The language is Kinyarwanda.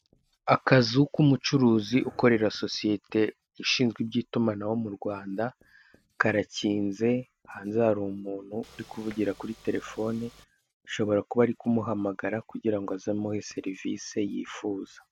Akazu k'umucuruzi ukorera sosiyete ishinzwe iby'itumanaho mu Rwanda, karakinze hanze hari umuntu uri kuvugira kuri telefone, ashobora kuba ari kumuhamagara kugira ngo aze amuhe serivise yifuza.